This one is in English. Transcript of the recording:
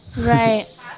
Right